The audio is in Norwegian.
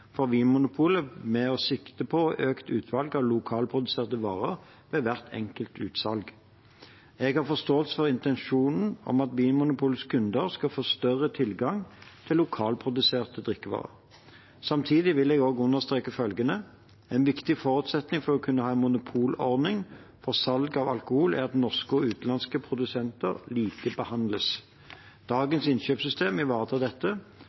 for Vinmonopolet med sikte på å øke utvalget av lokalproduserte varer ved hvert enkelt utsalg. Jeg har forståelse for intensjonen om at Vinmonopolets kunder skal få større tilgang til lokalproduserte drikkevarer. Samtidig vil jeg også understreke følgende: En viktig forutsetning for å kunne ha en monopolordning for salg av alkohol er at norske og utenlandske produsenter likebehandles. Dagens innkjøpssystem ivaretar dette,